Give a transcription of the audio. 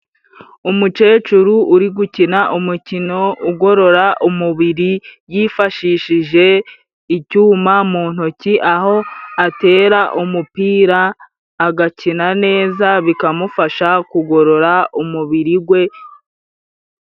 Umukecuru uri gukina umukino ugorora umubiri, yifashishije icyuma mu ntoki aho atera umupira, agakina neza bikamufasha kugorora umubiri gwe.